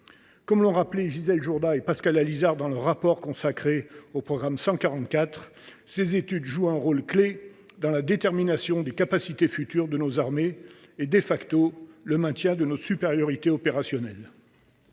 Comme l’ont rappelé Gisèle Jourda et Pascal Allizard dans leur rapport consacré au programme 144, ces études jouent un rôle clé dans la détermination des capacités futures de nos armées, et donc dans le maintien de notre supériorité opérationnelle.